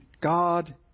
God